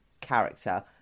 character